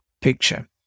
picture